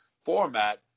format